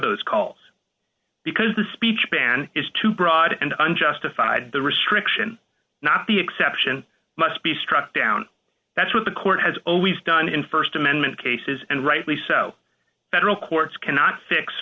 those calls because the speech ban is too broad and unjustified the restriction not the exception must be struck down that's what the court has always done in st amendment cases and rightly so that real courts cannot